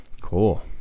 cool